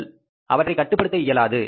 நீங்கள் அவற்றை கட்டுப்படுத்த இயலாது